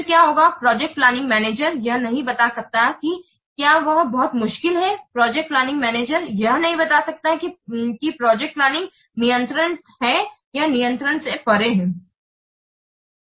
फिर क्या होगा प्रोजेक्ट प्लानिंग मैनेजर यह नहीं बता सकता है कि क्या यह बहुत मुश्किल है प्रोजेक्ट प्लानिंग मैनेजर यह नहीं बता सकता है कि प्रोजेक्ट प्लानिंग नियंत्रण में है या नियंत्रण से परे है